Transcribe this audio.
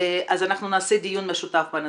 אז אנחנו נעשה דיון משותף בנושא.